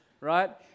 right